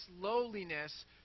lowliness